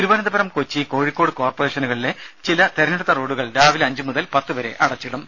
തിരുവന്തപുരം കോഴിക്കോട് കൊച്ചി കോർപ്പറേഷനുകളിലെ ചില തിരഞ്ഞെടുത്ത റോഡുകൾ രാവിലെ അഞ്ചു മുതൽ പത്തുവരെ അടച്ചിടും